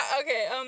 okay